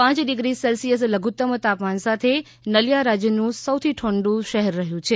પાંચ degree Celsius લધુત્તમ તાપમાન સાથે નલિયા રાજ્યનું સૌથી ઠંડુ શહેર રહ્યું છે